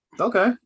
Okay